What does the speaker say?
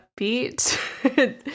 upbeat